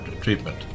treatment